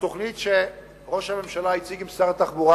התוכנית שראש הממשלה הציג עם שר התחבורה,